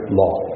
law